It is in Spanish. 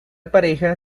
pareja